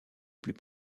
plus